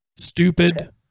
stupid